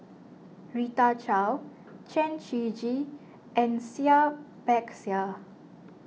Rita Chao Chen Shiji and Seah Peck Seah